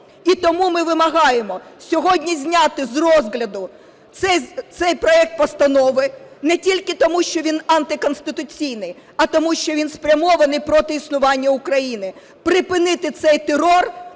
І тому ми вимагаємо сьогодні зняти з розгляду цей проект Постанови, не тільки тому, що він антиконституційний, а тому, що він спрямований проти існування України. Припинити цей терор